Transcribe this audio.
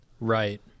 Right